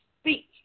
speak